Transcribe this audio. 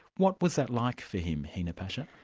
what was that like for him, hina pasha?